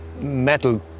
metal